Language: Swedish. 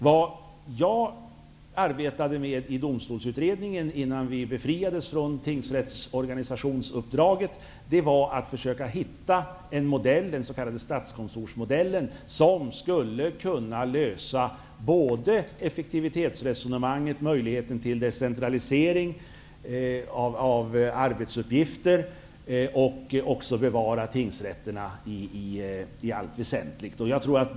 Vad vi arbetade med i Domstolsutredningen, innan vi befriades från uppdraget att utreda tingsrättsorganisationen, var att fösöka hitta en modell, den s.k. statskontorsmodellen, som skulle kunna lösa problemet med effektivitetsresonemanget och möjligheten till decentralisering av arbetsuppgifter och samtidigt bevara tingsrätterna i allt väsentligt.